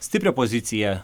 stiprią poziciją